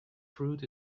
fruit